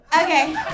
Okay